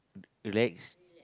relax